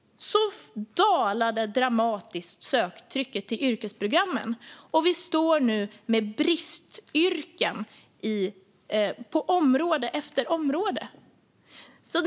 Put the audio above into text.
Då dalade dramatiskt söktrycket på yrkesprogrammen, och nu står vi med bristyrken på område efter område.